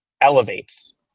elevates